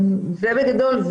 זה בגדול,